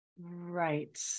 Right